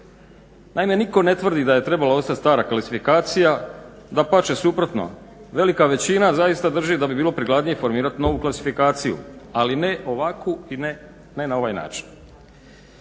Naime, nitko ne tvrdi da je trebala ostati stara klasifikacija, dapače suprotno, velika većina zaista drži da bi bilo prikladnije formirat novu klasifikaciju, ali ne ovakvu i ne na ovaj način.